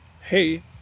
hey